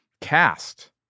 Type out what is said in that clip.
Cast